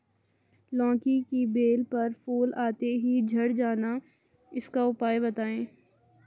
लौकी की बेल पर फूल आते ही झड़ जाना इसका उपाय बताएं?